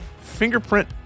fingerprint